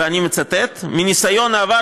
ואני מצטט: מניסיון העבר,